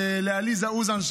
ולעליזה אוזן,